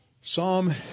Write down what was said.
Psalm